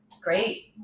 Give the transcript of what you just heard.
great